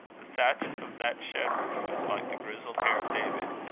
the thatch of that shed-roof was like the grizzled hair of david,